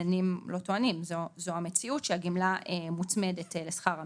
הגמלה מוצמדת לשכר המינימום.